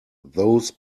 those